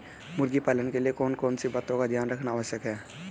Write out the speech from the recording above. मुर्गी पालन के लिए कौन कौन सी बातों का ध्यान रखना आवश्यक है?